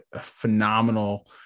phenomenal